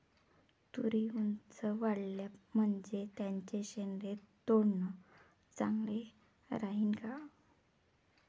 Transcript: तुरी ऊंच वाढल्या म्हनजे त्याचे शेंडे तोडनं चांगलं राहीन का?